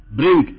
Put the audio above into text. bring